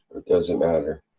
or it doesn't matter?